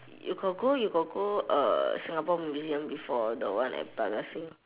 you got go you got go uh singapore museum before the one at plaza sing